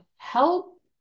help